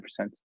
100%